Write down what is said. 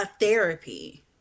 therapy